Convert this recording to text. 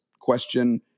question